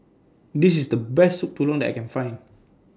This IS The Best Soup Tulang that I Can Find